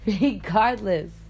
Regardless